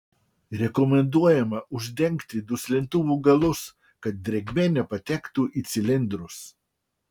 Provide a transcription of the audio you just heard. rekomenduojama uždengti duslintuvų galus kad drėgmė nepatektų į cilindrus